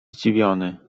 zdziwiony